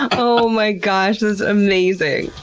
oh my gosh, this amazing!